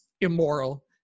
immoral